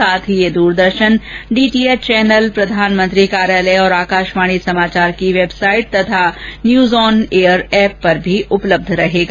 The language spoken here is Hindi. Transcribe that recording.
साथ ही ये द्रदर्शन डीटीएच चैनल प्रधानमंत्री कार्यालय और आकाशवाणी समाचार की वेबसाइट और न्यूज ऑन एयर एप पर भी उपलब्ध रहेगा